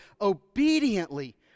obediently